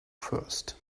first